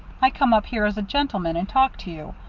i come up here as a gentleman and talk to you.